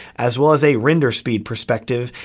as well as a render speed perspective,